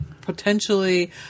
potentially